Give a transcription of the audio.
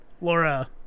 Laura